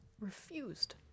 refused